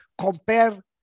Compare